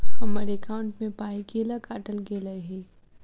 हम्मर एकॉउन्ट मे पाई केल काटल गेल एहि